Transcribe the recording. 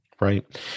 Right